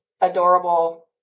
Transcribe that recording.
adorable